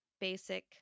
basic